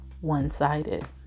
one-sided